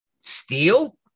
Steel